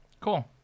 Cool